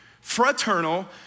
Fraternal